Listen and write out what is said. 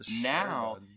Now